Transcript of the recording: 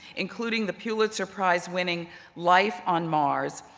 including the pulitzer prize winning life on mars.